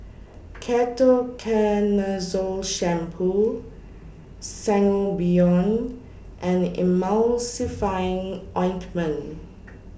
Ketoconazole Shampoo Sangobion and Emulsying Ointment